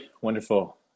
wonderful